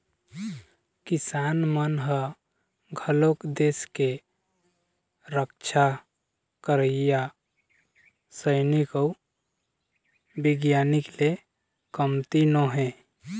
किसान मन ह घलोक देस के रक्छा करइया सइनिक अउ बिग्यानिक ले कमती नो हे